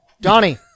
Donnie